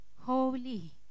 holy